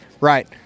Right